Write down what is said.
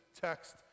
text